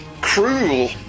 cruel